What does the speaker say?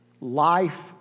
Life